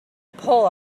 pull